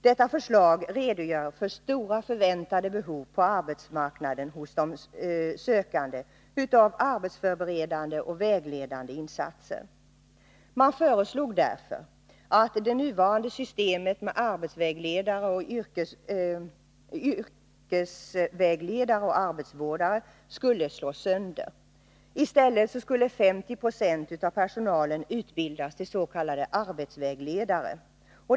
Detta förslag redogör för stora förväntade behov hos de sökande av arbetsförberedande och vägledande insatser. Man föreslog därför att det nuvarande systemet med yrkesvägledare och arbetsvårdare skulle slås sönder. I stället skulle 50 96 av personalen utbildas till s.k. arbetsvägledare.